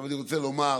אני רוצה לומר